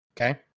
Okay